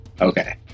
Okay